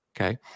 okay